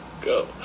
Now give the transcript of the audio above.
go